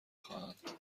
خواهند